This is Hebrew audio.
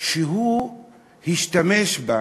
שהוא השתמש בה